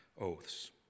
oaths